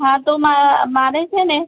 હા તો મારે છે ને